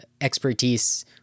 expertise